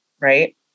right